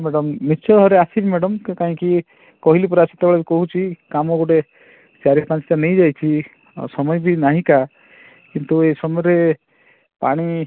madam ନିଶ୍ଚୟ ଘରେ ଆସିବି ମ୍ୟାଡ଼ାମ୍ କାହିଁକି କହିଲି ପରା ସେତେବେଳେ ବି କହୁଛି କାମ ଗୋଟେ ଚାରି ପାଞ୍ଚଟା ନେଇ ଯାଇଛି ଆଉ ସମୟ ବି ନାହିକା କିନ୍ତୁ ଏହି ସମୟରେ ପାଣି